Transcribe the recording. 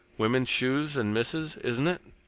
women's shoes and misses', isn't it?